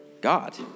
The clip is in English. God